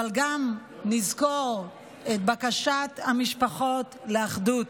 אבל גם נזכור את בקשת המשפחות לאחדות.